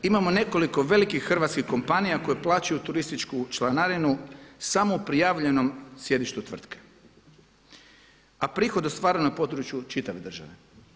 Imamo nekoliko velikih hrvatskih kompanija koje plaćaju turističku članarinu samo u prijavljenom sjedištu tvrtke a prihod ostvaren na području čitave države.